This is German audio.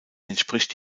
entspricht